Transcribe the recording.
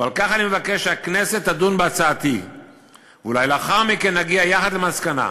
ועל כך אני מבקש שהכנסת תדון בהצעתי ואולי לאחר מכן נגיע יחד למסקנה,